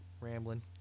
Rambling